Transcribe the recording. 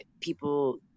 people